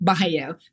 bio